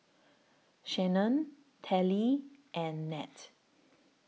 Shanae Telly and Nat